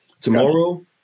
Tomorrow